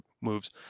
moves